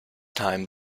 time